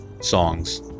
songs